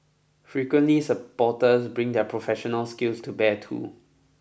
frequently supporters bring their professional skills to bear too